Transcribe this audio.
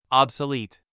obsolete